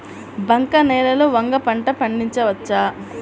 బంక నేలలో వంగ పంట పండించవచ్చా?